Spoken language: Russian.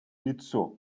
лицо